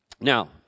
Now